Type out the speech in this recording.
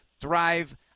thrive